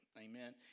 Amen